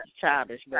Childish